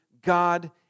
God